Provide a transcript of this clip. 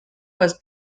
was